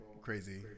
crazy